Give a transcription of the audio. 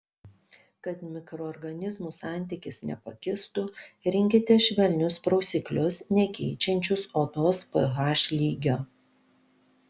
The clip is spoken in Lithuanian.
kad mikroorganizmų santykis nepakistų rinkitės švelnius prausiklius nekeičiančius odos ph lygio